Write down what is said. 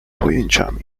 pojęciami